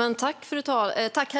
Herr